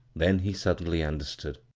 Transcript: then he suddenly understood.